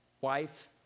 wife